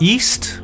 East